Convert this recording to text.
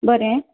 बरें